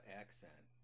accent